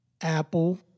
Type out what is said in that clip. Apple